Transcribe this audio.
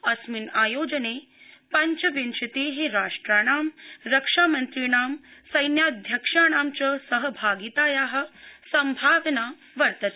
अस्मिन् आयोजने पञ्चविंशते राष्ट्राणां रक्षामन्त्रिणां सैन्याध्यक्षाणां च सहभागिताया सम्भावनाऽस्ति